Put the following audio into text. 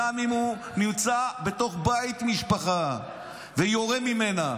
גם אם הוא נמצא בתוך בית עם משפחה ויורה ממנו.